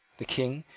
the king,